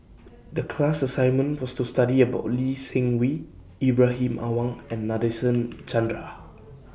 The class assignment was to study about Lee Seng Wee Ibrahim Awang and Nadasen Chandra